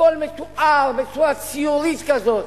הכול מתואר בצורה ציורית כזאת,